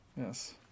Yes